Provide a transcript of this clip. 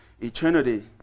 eternity